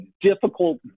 difficult